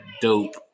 dope